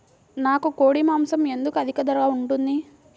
నాకు కోడి మాసం ఎందుకు అధిక ధర ఉంటుంది?